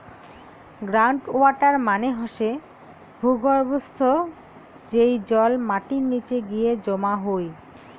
ground water মানে হসে ভূর্গভস্থ, যেই জল মাটির নিচে গিয়ে জমা হই